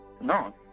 No